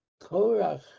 Korach